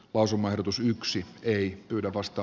usan vaikutus yksi ei pyydä vasta